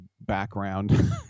background